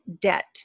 debt